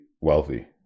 wealthy